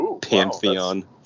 pantheon